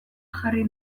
jarri